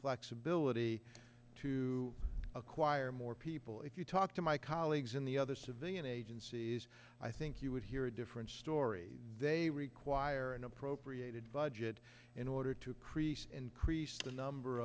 flexibility to acquire more people if you talk to my colleagues in the other civilian agencies i think you would hear a different story they require an appropriated budget in order to crease increase the number